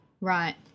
right